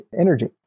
energy